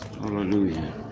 Hallelujah